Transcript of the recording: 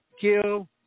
kill